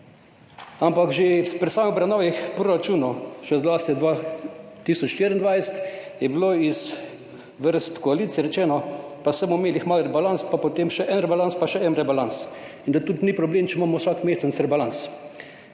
Ampak že pri sami obravnavi proračunov, še zlasti 2024, je bilo iz vrst koalicije rečeno, pa saj bomo imeli kmalu rebalans pa potem še en rebalans pa še en rebalans, in da tudi ni problem, če imamo vsak mesec rebalans.